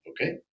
Okay